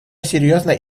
серьезная